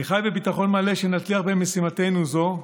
אני חי בביטחון מלא שנצליח במשימתנו זו,